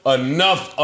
enough